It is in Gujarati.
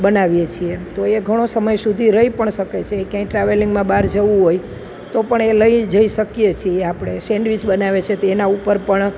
બનાવીએ છીએ તો એ ઘણો સમય સુધી રહી પણ શકે છે એ ક્યાંય ટ્રાવેલિંગમાં બહાર જવું હોય તો પણ એ લઈ જઈ શકીએ છીએ આપણે સેન્ડવીચ બનાવીએ છીએ તો એના ઉપર પણ